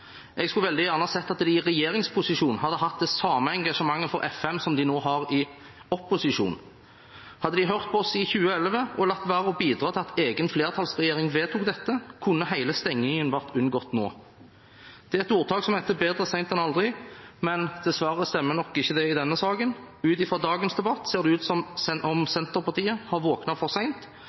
Jeg skulle veldig gjerne ha sett at de i regjeringsposisjon hadde hatt det samme engasjement for FM som de har nå i opposisjon. Hadde de hørt på oss i 2011 og latt være å bidra til at egen flertallsregjering vedtok dette, kunne hele stengingen vært unngått nå. Det er et ordtak som heter «bedre sent enn aldri», men dessverre stemmer det ikke i denne saken. Ut ifra dagens debatt ser det ut som at Senterpartiet har våknet for